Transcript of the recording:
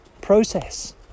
process